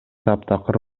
таптакыр